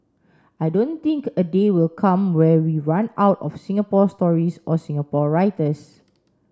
I don't think a day will come where we run out of Singapore stories or Singapore writers